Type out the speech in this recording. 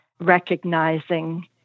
recognizing